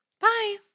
Bye